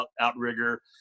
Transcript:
Outrigger